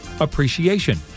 Appreciation